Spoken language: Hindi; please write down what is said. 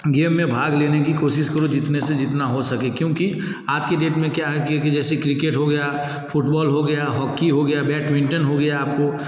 गेम में भाग लेने की कोशिश करो जितने से जितना हो सके क्योंकि आज की डेट में क्या है कि के जैसे क्रिकेट हो गया फुटबॉल हो गया हॉकी हो गया बैटमिन्टन हो गया आपको